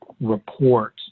report